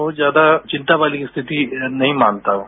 बहुत ज्यादा चिंता वाली स्थिति नहीं मानता हूं